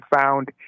found